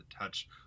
touch